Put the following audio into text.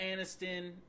Aniston